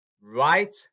right